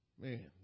Man